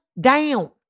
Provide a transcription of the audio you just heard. down